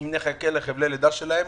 אם נחכה לחבלי הלידה שלהם,